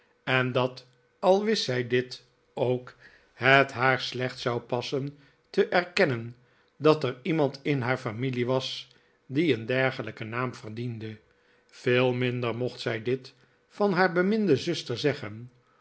en dat al wist zij dit ook het haar slecht zou passen te erkennen dat er iemand in haar familie was die een dergelijken naam verdiende veel minder mocht zij dit van haar beminde zuster zeggen